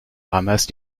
ramasse